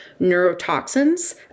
Neurotoxins